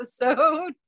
episode